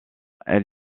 elle